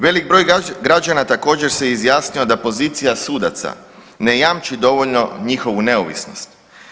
Velik broj građana također se izjasnio da pozicija sudaca ne jamči dovoljno njihovu neovisnost.